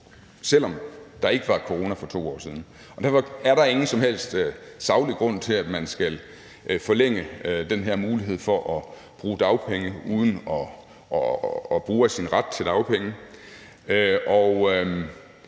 selv om der ikke var corona for 2 år siden. Derfor er der ingen som helst saglig grund til, at man skal forlænge den her mulighed for at bruge dagpenge uden at bruge af sin ret til dagpenge,